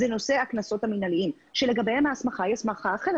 זה נושא הקנסות המינהליים שלגביהם ההסמכה היא אחרת.